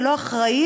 ולא אחראי,